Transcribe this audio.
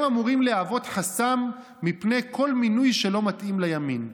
הם אמורים להוות חסם מפני כל מינוי שלא מתאים לימין,